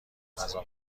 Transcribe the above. غذا